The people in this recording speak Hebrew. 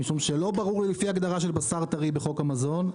משום שלא ברור לי לפי ההגדרה של בשר טרי בחוק המזון,